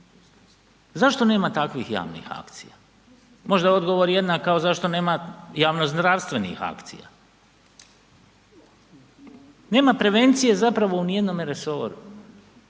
Zašto nema takvih javni akcija? Možda odgovor jednak kao zašto nema javnozdravstvenih akcija. Nema prevencije zapravo ni u jednome resoru